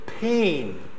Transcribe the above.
pain